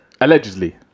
Allegedly